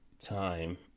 time